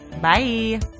Bye